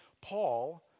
Paul